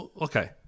Okay